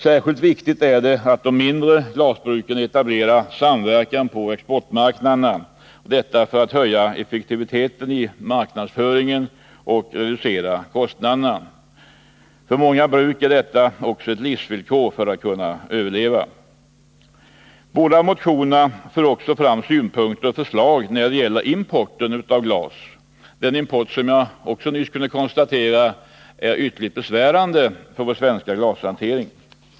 Särskilt viktigt är att de mindre glasbruken etablerar samverkan på exportmarknaderna, detta för att höja effektiviteten i marknadsföringen och reducera kostnaderna. För många bruk är det ett villkor för att de skall kunna överleva. I båda motionerna anlägger man också synpunkter och framställer förslag när det gäller importen av glas, vilken är ytterligt besvärande för glashanteringen här i Sverige.